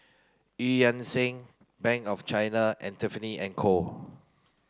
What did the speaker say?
Eu Yan Sang Bank of China and Tiffany and Co